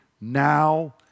now